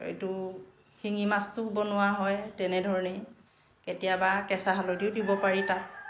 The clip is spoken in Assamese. এইটো শিঙি মাছটোও বনোৱা হয় তেনেধৰণেই কেতিয়াবা কেঁচা হালধিও দিব পাৰি তাত